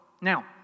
Now